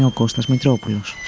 ah kostas mitropoulos.